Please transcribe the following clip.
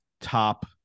top